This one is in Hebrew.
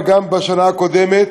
וגם בשנה הקודמת,